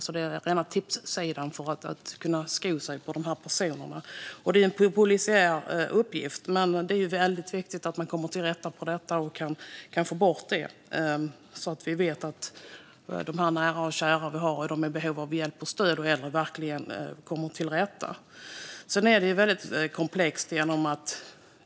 Det är rena tipssidorna för att sko sig på dessa personer. Det här är en polisiär uppgift, men det är viktigt att komma till rätta med dessa problem så att vi vet att våra nära och kära får hjälp och stöd när sådana behov finns.